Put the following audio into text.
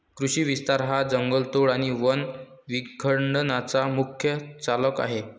कृषी विस्तार हा जंगलतोड आणि वन विखंडनाचा मुख्य चालक आहे